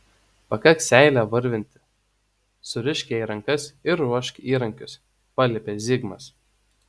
pakaks seilę varvinti surišk jai rankas ir ruošk įrankius paliepė zigmas